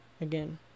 Again